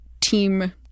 team